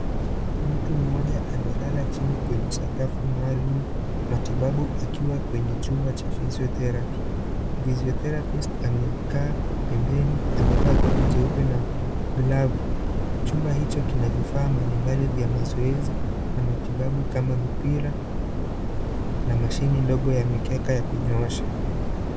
Mtu mmoja amelala chini kwenye sakafu maalum, matibabu akiwa kwenye chumba cha physiotherapy . Physiotherapist amekaa pembeni, amevaa koti jeupe na glavu. Chumba hicho kina vifaa mbalimbali vya mazoezi na matibabu kama mipira, na mashini ndogo ya mikeka ya kunyoosha.